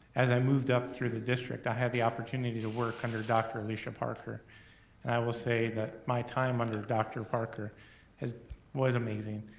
as i moved up through the district, i had the opportunity to work under dr. alisha parker, and i will say that my time under dr. parker was amazing,